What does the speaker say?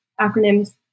acronyms